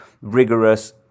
rigorous